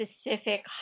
specific